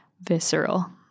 visceral